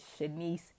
Shanice